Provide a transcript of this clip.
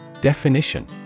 Definition